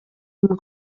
ким